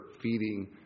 feeding